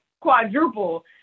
quadruple